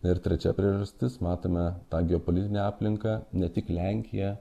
ir trečia priežastis matome tą geopolitinę aplinką ne tik lenkija